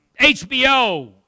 HBO